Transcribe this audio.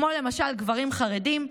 כמו למשל גברים חרדים,